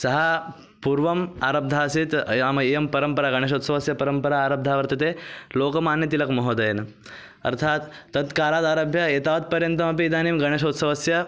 सः पूर्वम् आरब्धम् आसीत् अयम् इयं परम्परा गणेशोत्सवस्य परम्परा आरब्धा वर्तते लोकमान्यतिलक्महोदयेन अर्थात् तत् कालादारभ्य एतावत्पर्यन्तमपि इदानीं गणेशोत्सवस्य